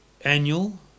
Annual